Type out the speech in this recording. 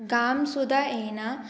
घाम सुद्दां येना